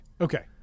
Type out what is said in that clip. okay